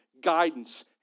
guidance